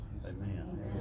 Amen